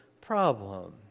problem